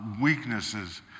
weaknesses